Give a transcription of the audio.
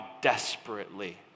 desperately